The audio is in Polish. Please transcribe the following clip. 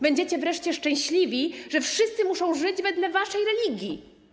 Będziecie wreszcie szczęśliwi, że wszyscy muszą żyć wedle waszej religii.